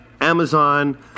Amazon